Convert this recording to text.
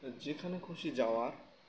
যেখানে খুশি যাওয়া